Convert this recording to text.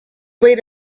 wait